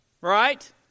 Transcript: Right